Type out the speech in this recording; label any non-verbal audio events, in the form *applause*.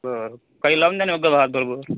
बर काही लावून दे ना *unintelligible*